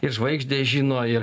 ir žvaigždės žino ir